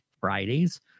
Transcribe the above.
Fridays